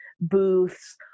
booths